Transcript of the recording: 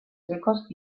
secos